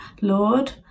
Lord